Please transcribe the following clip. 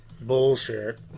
Bullshit